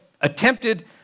attempted